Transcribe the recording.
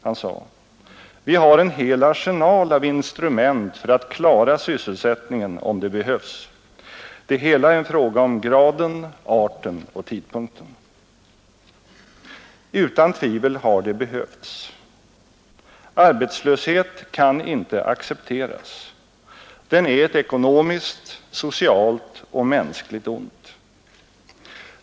Han sade: ”Vi har en hel arsenal av instrument för att klara sysselsättningen, om det behövs. Det hela är en fråga om graden, arten och tidpunkten.” Utan tvivel har det behövts. Arbetslöshet kan inte accepteras. Den är ett ekonomiskt, socialt och mänskligt ont.